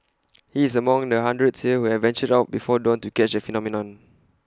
he is among the hundreds here who have ventured out before dawn to catch the phenomenon